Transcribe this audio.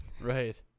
Right